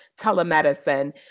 telemedicine